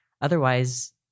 Otherwise